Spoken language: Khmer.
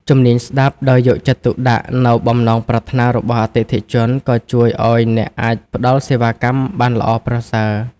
ជំនាញស្តាប់ ដោយយកចិត្តទុកដាក់នូវបំណងប្រាថ្នារបស់អតិថិជនក៏ជួយឱ្យអ្នកអាចផ្តល់សេវាកម្មបានល្អប្រសើរ។